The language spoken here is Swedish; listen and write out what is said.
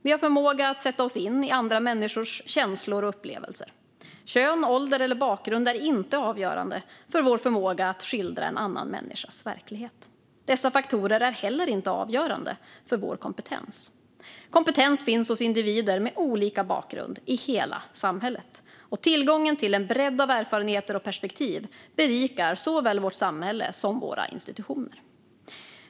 Vi har förmågan att sätta oss in i andra människors känslor och upplevelser. Kön, ålder eller bakgrund är inte avgörande för vår förmåga att skildra en annan människas verklighet. Dessa faktorer är inte heller avgörande för vår kompetens. Kompetens finns hos individer med olika bakgrund i hela samhället. Tillgången till en bredd av erfarenheter och perspektiv berikar såväl vårt samhälle som våra institutioner.